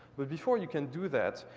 but before you can do that,